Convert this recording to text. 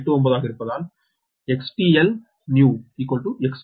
89 ஆக இருப்பதால் XT1 newXT2 new0